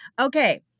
Okay